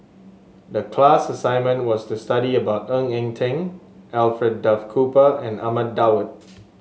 the class assignment was to study about Ng Eng Teng Alfred Duff Cooper and Ahmad Daud